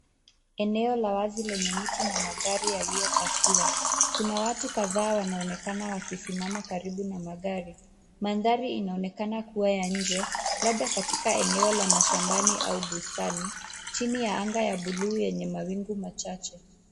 Eneo la wazi lenye miti na magari yaliyopakiwa. Kuna watu kadhaa wanaonekana wakisimama karibu na magari. Mandhari inaonekana kuwa ya nje, labda katika eneo la mashambani au bustani, chini ya anga ya bluu yenye mawingu machache.